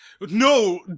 no